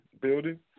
Building